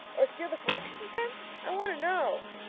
or steal the collection cents? i want to know.